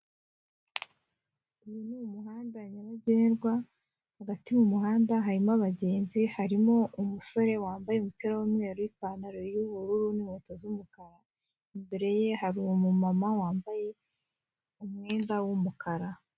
Uyu ni umuhanda nyabagendwa, hagati mu muhanda harimo abagenzi, harimo umusore wambaye umupira w'umweru n'ipantaro y'ubururu n'inkweto z'umukara, imbere ye hari umumama wambaye umwenda w'umukara.